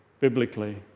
biblically